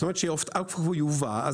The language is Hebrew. זאת אומרת שהעוף כבר ייובא,